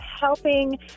helping